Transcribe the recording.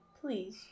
please